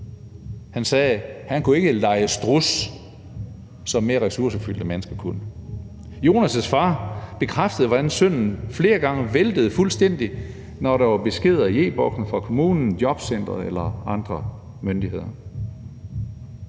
Han sagde, at han ikke kunne lege struds, som mere ressourcefulde mennesker kunne. Jonas' far bekræftede, hvordan sønnen flere gange væltede fuldstændig, når der var beskeder i e-Boks fra kommunen, jobcenteret eller andre myndigheder.